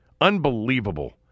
Unbelievable